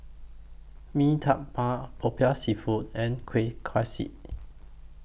Mee Tai Mak Popiah Seafood and Kueh Kaswi